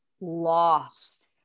lost